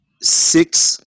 six